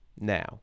now